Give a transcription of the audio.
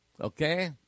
okay